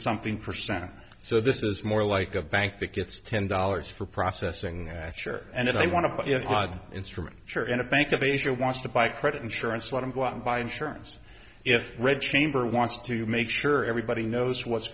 something percent so this is more like a bank that gets ten dollars for processing and if they want to instrument share in a bank of asia wants to buy credit insurance let him go out and buy insurance if read chamber wants to make sure everybody knows what's